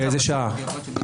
באיזו שעה?